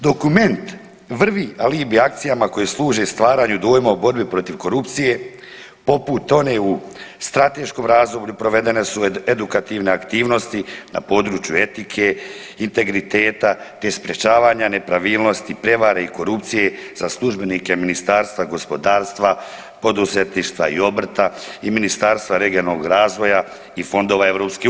Dokument vrvi alibi akcijama koje služe stvaranju dojma o borbi protiv korupcije poput one u strateškom razdoblju provedene su edukativne aktivnosti na području etike, integriteta, te sprječavanja nepravilnosti, prevare i korupcije za službenike Ministarstvo gospodarstva, poduzetništva i obrta i Ministarstvo regionalnog razvoja i fondova EU.